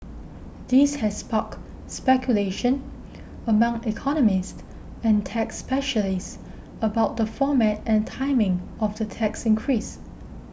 this has sparked speculation among economists and tax specialists about the format and timing of the tax increase